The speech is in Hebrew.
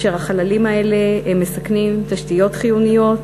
והחללים האלה מסכנים תשתיות חיוניות,